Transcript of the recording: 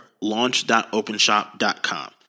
launch.openshop.com